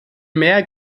mehr